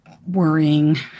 worrying